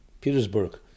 Petersburg